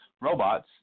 robots